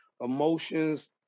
emotions